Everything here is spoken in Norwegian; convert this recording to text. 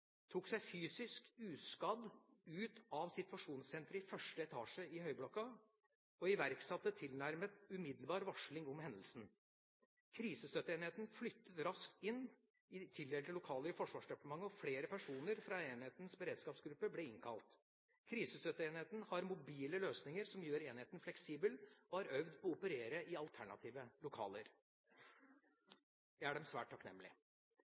tok seg fysisk uskadd ut av situasjonssenteret i første etasje i høyblokka og iverksatte tilnærmet umiddelbart varsling om hendelsen. Krisestøtteenheten flyttet raskt inn i tildelte lokaler i Forsvarsdepartementet, og flere personer fra enhetens beredskapsgruppe ble innkalt. Krisestøtteenheten har mobile løsninger som gjør enheten fleksibel, og har øvd på å operere i alternative lokaler. Jeg er dem svært takknemlig.